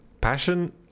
passion